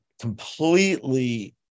completely